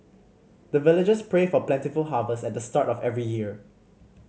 the villagers pray for plentiful harvest at the start of every year